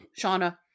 Shauna